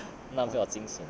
浪费我精神: lang fei wo de jing shen